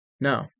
No